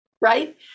right